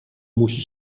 musi